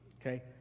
okay